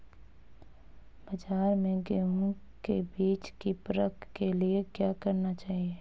बाज़ार में गेहूँ के बीज की परख के लिए क्या करना चाहिए?